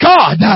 God